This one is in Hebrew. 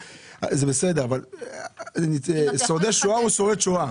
שורד שואה הוא שורד שואה.